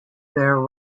there